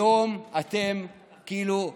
היום, אתם מאכזבים,